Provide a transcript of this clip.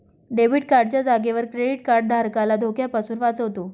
debit card च्या जागेवर credit card धारकाला धोक्यापासून वाचवतो